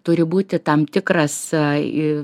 turi būti tam tikras ai į